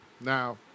Now